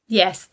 yes